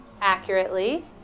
accurately